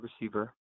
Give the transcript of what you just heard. receiver